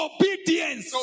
Obedience